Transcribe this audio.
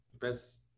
best